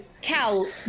Cal